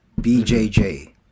BJJ